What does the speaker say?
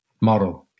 model